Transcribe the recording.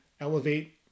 elevate